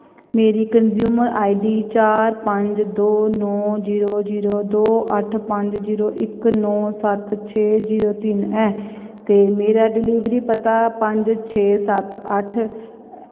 मेरी consumer ID चार पंज दो नौ जीरो जीरो दो अट्ठ पंज जीरो इक नौ सत्त छे जीरो तिन्न ऐ ते मेरा डलीवरी पता पंज छे सत्त अट्ठ